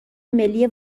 ملی